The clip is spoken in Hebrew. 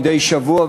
מדי שבוע,